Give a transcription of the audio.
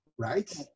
Right